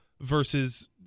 versus